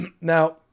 Now